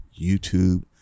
YouTube